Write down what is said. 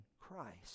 Christ